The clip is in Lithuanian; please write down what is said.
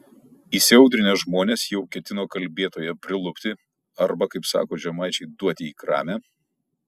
įsiaudrinę žmonės jau ketino kalbėtoją prilupti arba kaip sako žemaičiai duoti į kramę